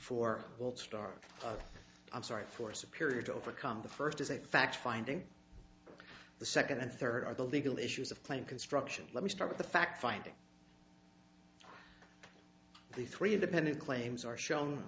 for all star i'm sorry for superior to overcome the first is a fact finding the second and third are the legal issues of plain construction let me start with the fact finding the three independent claims are shown